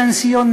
פנסיונר,